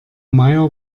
meier